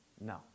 No